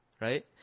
right